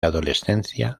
adolescencia